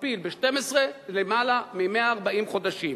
תכפיל ב-12, יותר מ-140 חודשים.